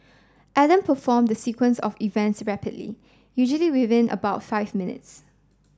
Adam performed the sequence of events rapidly usually within about five minutes